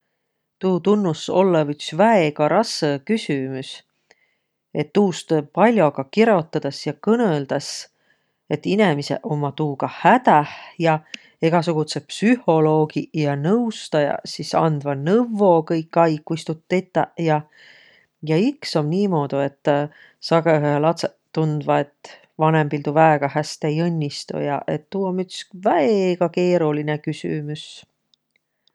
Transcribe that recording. Tuu tunnus ollõv üts väega rassõ küsümüs. Et tuust pall'o ka kirotõdas ja kõnõldas, et inemiseq ommaq tuuga hädäh ja. Egäsugudsõq psühholoogiq ja nõustajaq sis andvaq nõvvo kõik aig, kuis tuud tetäq ja. Ja iks om niimoodu, et sagõhõhe latsõq tundvaq, et vanõmbil tuu väega häste ei õnnistuq ja. Et tuu om üts väega keerolinõ küsümüs.